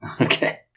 Okay